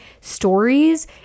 stories